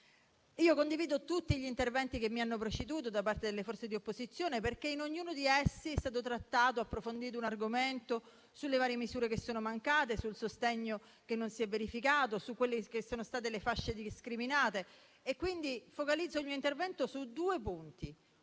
Io condivido tutti gli interventi che mi hanno preceduto da parte delle forze di opposizione, perché in ognuno di essi è stato trattato ed approfondito un argomento: dalle varie misure che sono mancate, al sostegno che non si è verificato, a quelle che sono state le fasce discriminate. Quindi, focalizzo il mio intervento su due punti.